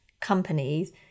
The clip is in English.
companies